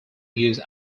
use